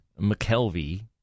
McKelvey